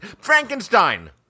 Frankenstein